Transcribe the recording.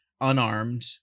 unarmed